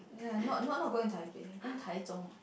ya not not not going Taipei going Taichung